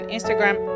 Instagram